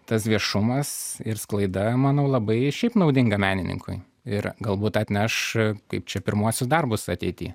tas viešumas ir sklaida manau labai šiaip naudinga menininkui ir galbūt atneš kaip čia pirmuosius darbus ateity